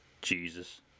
Jesus